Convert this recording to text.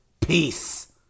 peace